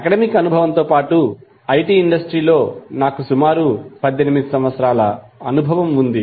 academic అనుభవంతో పాటు IT industry లో నాకు సుమారు 18 సంవత్సరాలు అనుభవం ఉంది